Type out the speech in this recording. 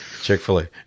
Chick-fil-A